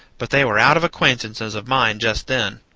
but they were out of acquaintances of mine just then.